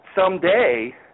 someday